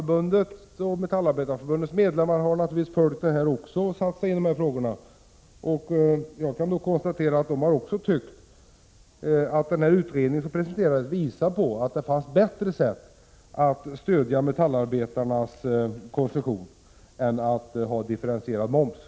Också Metallindustriarbetareförbundets medlemmar har naturligtvis satt sigin i dessa frågor. Även de har tyckt att den framlagda utredningen visar att det finns bättre sätt att stödja metallarbetarnas konsumtion än en differentiering av momsen.